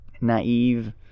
naive